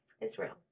Israel